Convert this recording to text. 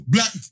Black